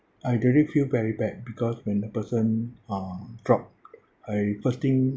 I really feel very bad because when the person uh drop I first thing